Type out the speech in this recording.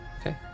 Okay